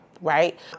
Right